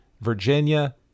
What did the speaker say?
Virginia